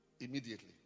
immediately